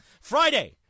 Friday